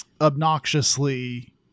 obnoxiously